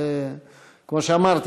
כמו שאמרתי,